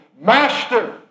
Master